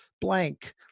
blank